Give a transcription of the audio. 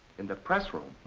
in the pressroom?